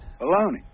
Baloney